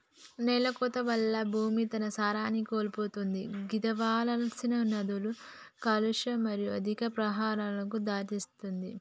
నేలకోత వల్ల భూమి తన సారాన్ని కోల్పోతది గిదానివలన నదుల కాలుష్యం మరియు అధిక ప్రవాహాలకు దారితీస్తది